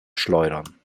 schleudern